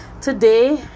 Today